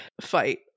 fight